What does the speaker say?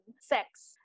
sex